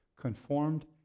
Conformed